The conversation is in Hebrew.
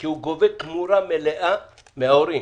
כי הוא גובה תמורה מלאה מההורים.